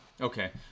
okay